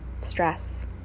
stress